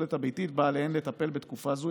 הפסולת הביתית שבה עליהן לטפל בתקופה הזאת.